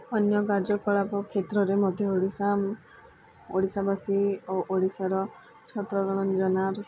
ଅନ୍ୟ କାର୍ଯ୍ୟକଳାପ କ୍ଷେତ୍ରରେ ମଧ୍ୟ ଓଡ଼ିଶା ଓଡ଼ିଶାବାସୀ ଓ ଓଡ଼ିଶାର ଛାତ୍ର